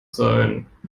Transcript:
sein